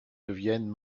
deviennent